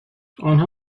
آنها